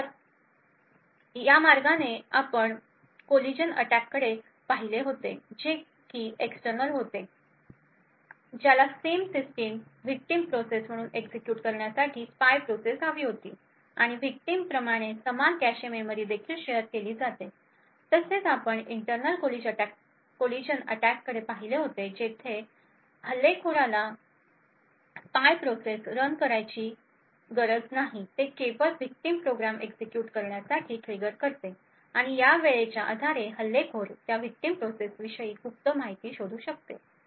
तर या मार्गाने आपण कोलीजन अटॅककडे पाहिले होते जे एक्स्टर्नल होते ज्याला सेम सिस्टिम विक्टिम प्रोसेस म्हणून एक्झिक्युट करण्यासाठी स्पाय प्रोसेस हवी होती आणि विक्टिम प्रमाणे समान कॅशे मेमरी देखील शेअर केली जाते तसेच आपण इंटरनल कोलीजन अटॅककडे पाहिले जेथे हल्लेखोराला स्पाय प्रोसेस रन करण्याची गरज नाही ते केवळ विक्टिम प्रोग्राम एक्झिक्युट करण्यासाठी ट्रिगर करते आणि या वेळेच्या आधारे हल्लेखोर त्या विक्टिम प्रोसेस विषयी गुप्त माहिती शोधू शकेल धन्यवाद